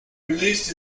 released